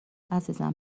عزیزم